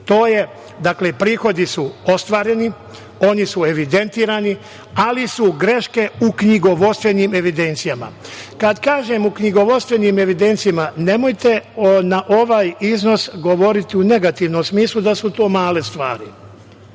dakle prihodi su ostvareni, oni su evidentirani, ali su greške u knjigovodstvenim evidencijama. Kada kažem u knjigovodstvenim evidencijama, nemojte na ovaj iznos govoriti u negativnom smislu da su to male stvari.